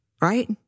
right